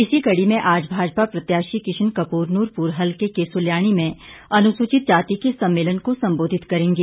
इसी कड़ी में आज भाजपा प्रत्याशी किशन कपूर नुरपूर हलके के सुलयाणी में अनुसूचित जाति के सम्मेलन को संबोधित करेंगे